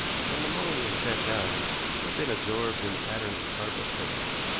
from the moment he had sat down he had been absorbed in the pattern of the carpet, apparently.